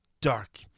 Dark